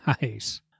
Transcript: Nice